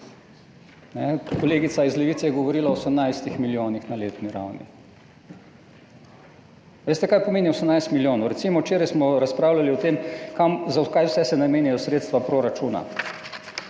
Kolegica iz Levice je govorila o 18 milijonih na letni ravni. Veste, kaj pomeni 18 milijonov? Recimo, včeraj smo razpravljali, za kaj vse se namenjajo sredstva proračuna.